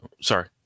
Sorry